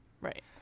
Right